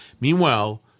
Meanwhile